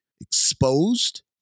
exposed